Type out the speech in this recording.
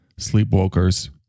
sleepwalkers